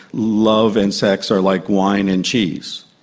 love and sex are like wine and cheese,